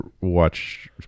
watch